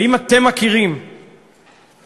האם אתם מכירים אדם